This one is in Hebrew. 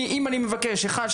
אם אני מבקש אחד,